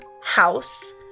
house